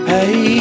Hey